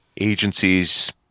agencies